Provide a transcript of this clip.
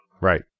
Right